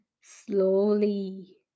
slowly